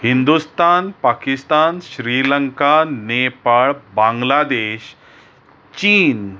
हिंंदुस्थान पाकिस्तान श्रीलंका नेपाळ बांगलादेश चीन